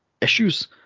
issues